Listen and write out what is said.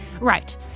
Right